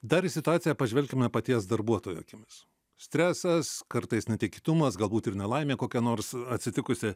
dar į situaciją pažvelkime paties darbuotojo akimis stresas kartais netikėtumas galbūt ir nelaimė kokia nors atsitikusi